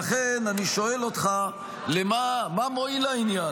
לכן אני שואל אותך, מה מועיל העניין?